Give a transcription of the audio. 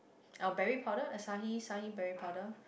our berry powder acai acai berry power